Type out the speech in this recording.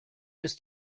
ist